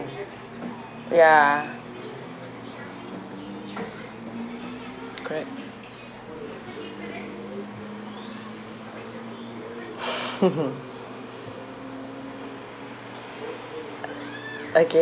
ya correct okay